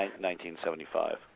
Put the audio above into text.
1975